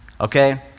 okay